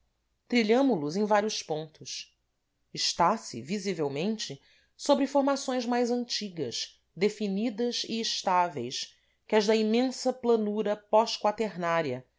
trilhamo los em vários pontos está-se visivelmente sobre formações mais antigas definidas e estáveis que as da imensa planura